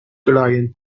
client